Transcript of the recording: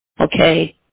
okay